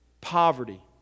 poverty